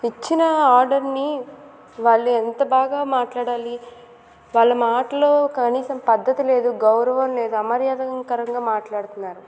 ఇచ్చిన ఆర్డర్ని వాళ్ళు ఎంత బాగా మాట్లాడాలి వాళ్ళ మాటలు కనీసం పద్ధతి లేదు గౌరవం లేదు అమర్యాదకరంగా మాట్లాడుతున్నారు